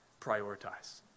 prioritize